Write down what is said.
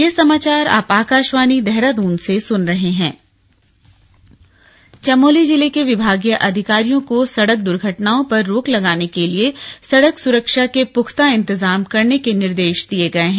बैठक चमोली जिले के विभागीय अधिकारियों को सड़क दुर्घटनाओं पर रोक लगाने के लिए सड़क सुरक्षा के पुख्ता इंतजाम करने के निर्देश दिए गए हैं